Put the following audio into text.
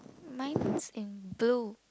mine is in blue